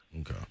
Okay